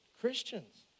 Christians